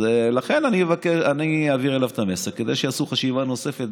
אני אעביר אליהם את המסר כדי שיעשו חשיבה נוספת,